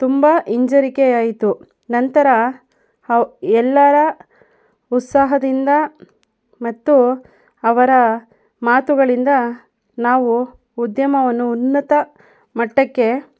ತುಂಬ ಹಿಂಜರಿಕೆಯಾಯಿತು ನಂತರ ಎಲ್ಲರ ಉತ್ಸಾಹದಿಂದ ಮತ್ತು ಅವರ ಮಾತುಗಳಿಂದ ನಾವು ಉದ್ಯಮವನ್ನು ಉನ್ನತ ಮಟ್ಟಕ್ಕೆ